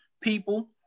people